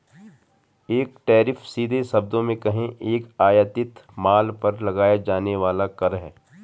एक टैरिफ, सीधे शब्दों में कहें, एक आयातित माल पर लगाया जाने वाला कर है